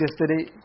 yesterday